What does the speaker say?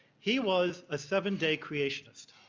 he was a seven-day creationist.